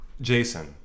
Jason